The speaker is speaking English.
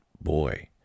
boy